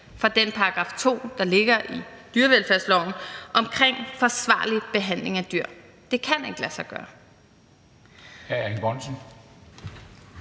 fra den § 2, der ligger i dyrevelfærdsloven, om forsvarlig behandling af dyr. Det kan ikke lade sig gøre.